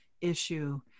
issue